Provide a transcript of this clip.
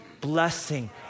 blessing